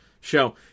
show